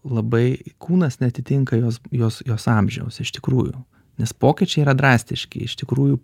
labai kūnas neatitinka jos jos jos amžiaus iš tikrųjų nes pokyčiai yra drastiški iš tikrųjų